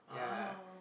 ah